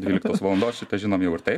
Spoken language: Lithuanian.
dvyliktos valandos šitą žinom jau ir taip